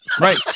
Right